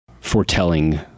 foretelling